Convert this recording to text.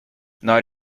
not